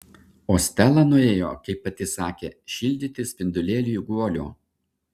o stela nuėjo kaip pati sakė šildyti spindulėliui guolio